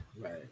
Right